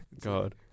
God